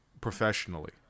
professionally